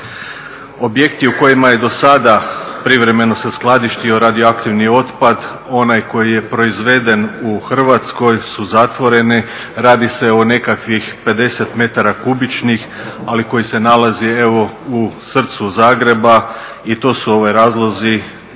Objekti u kojima je dosada privremeno se skladištio radioaktivni otpad onaj koji je proizveden u Hrvatskoj su zatvorene, radi se o nekakvih 50 metara kubičnih, ali koji se nalazi evo u srcu Zagreba i to su razlozi